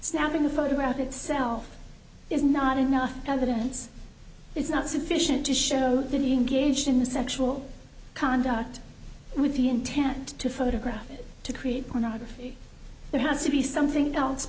snapping the photograph itself is not enough evidence is not sufficient to show that he engaged in the sexual conduct with the intent to photograph to create pornography there has to be something else